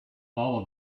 all